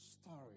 story